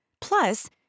Plus